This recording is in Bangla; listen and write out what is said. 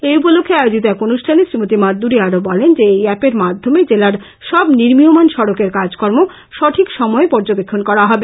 এই উপলক্ষে আয়োজিত এক অনুষ্ঠানে শ্রীমতি মাদ্দুরী আরো বলেন যে এই এ্যাপের মাধ্যমে জেলার সব নির্মিয়মান সড়কের কাজকর্ম সঠিক সময়ে পর্যবেক্ষণ করা হবে